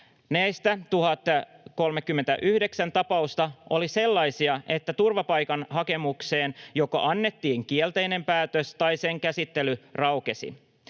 Näistä 1 039 tapausta oli sellaisia, että joko turvapaikkahakemukseen annettiin kielteinen päätös tai sen käsittely raukesi.